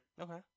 Okay